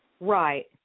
Right